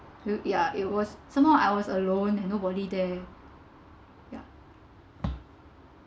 uh ya it was somehow I was alone and nobody there